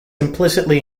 implicitly